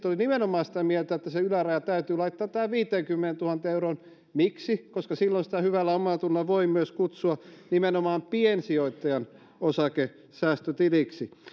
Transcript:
olivat nimenomaan sitä mieltä että se yläraja täytyy laittaa tähän viiteenkymmeneentuhanteen euroon miksi koska silloin sitä hyvällä omallatunnolla voi myös kutsua nimenomaan piensijoittajan osakesäästötiliksi